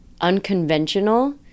unconventional